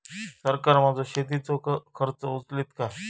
सरकार माझो शेतीचो खर्च उचलीत काय?